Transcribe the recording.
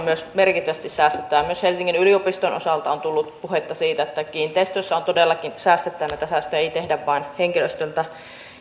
myös merkittävästi säästetään myös helsingin yliopiston osalta on tullut puhetta siitä että kiinteistöissä todellakin säästetään että säästöjä ei tehdä vain henkilöstöltä